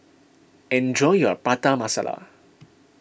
enjoy your Prata Masala